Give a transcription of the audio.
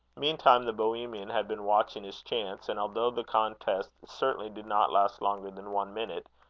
meantime, the bohemian had been watching his chance and although the contest certainly did not last longer than one minute,